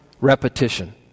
repetition